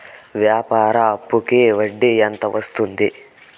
వ్యాపార అప్పుకి వడ్డీ ఎంత వస్తుంది?